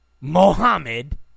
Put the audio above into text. Mohammed